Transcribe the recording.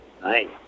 Nice